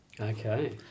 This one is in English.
Okay